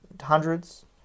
hundreds